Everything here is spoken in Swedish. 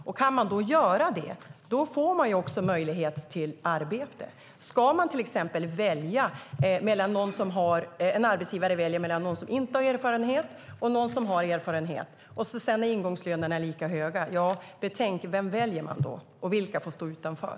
Om de kan det får de också möjlighet till arbete. Om en arbetsgivare ska välja mellan någon som inte har erfarenhet och någon som har erfarenhet och ingångslönen är lika hög, betänk vem man då väljer och vem som får stå utanför.